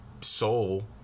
soul